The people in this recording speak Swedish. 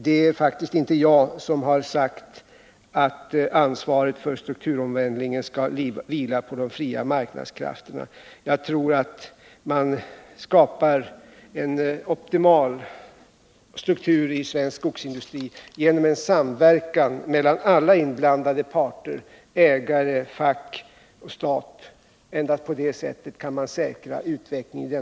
Det är faktiskt inte jag som har sagt att ansvaret för strukturomvandlingen